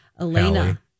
elena